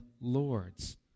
Lord's